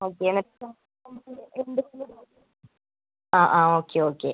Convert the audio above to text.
okay എന്നാൽ പിന്നെ എന്തൊക്കെ ആ ആ ഓക്കെ ഓക്കെ